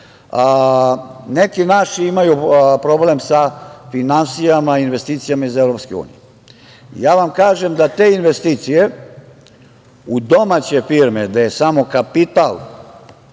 Neki naši imaju problem sa finansijama, investicijama iz EU.Ja vam kažem da te investicije u domaće firme, gde je samo kapital